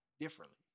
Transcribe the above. differently